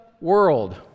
world